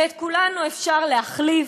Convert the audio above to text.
ואת כולנו אפשר להחליף,